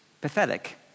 pathetic